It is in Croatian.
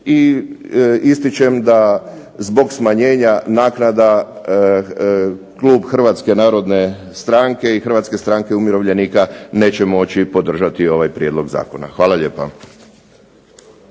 I ističem da zbog smanjenja naknada klub Hrvatske narodne stranke i Hrvatske stranke umirovljenika neće moći podržati ovaj prijedlog zakona. Hvala lijepa.